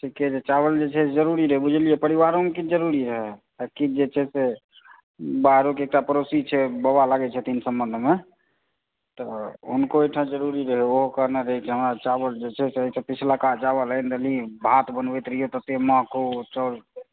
ठीके छै चावल जे छै से जरुरी रहै बुझलियै परिवारोके किछु जरुरी है आ किछु जे छै से बाहरोके एकटा पड़ोसी छै बाबा लगै छथिन सम्बन्धमे तऽ हुनको ओहिठाम जरुरी रहै ओहो कहने रहै जे हॅं चावल जे चाही से जैसे पिछलका चाउर आनि देने रही भात बनबैत रहियै तऽ एतेक महकौ सभ